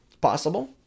Possible